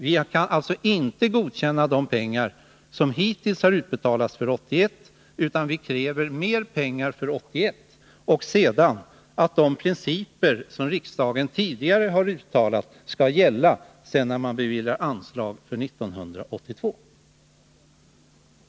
Vi kan alltså inte godkänna att de pengar som hittills utbetalats för 1981 är ett tillräckligt anslag, utan vi kräver mer pengar för 1981 och att de principer som riksdagen tidigare har uttalat sig för skall gälla när man beviljar anslag för 1982.